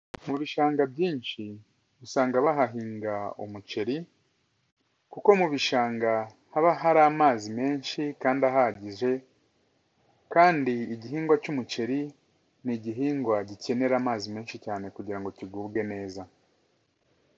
Mu bishanga byinshi usanga bahahinga umuceri, kuko mu bishanga haba hari amazi menshi kandi ahagije kandi igihingwa cy'umuceri ni igihingwa gikenera amazi menshi cyane kugira ngo kigubwe neza.